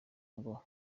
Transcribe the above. ngo